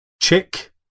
chick